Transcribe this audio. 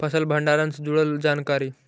फसल भंडारन से जुड़ल जानकारी?